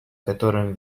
котором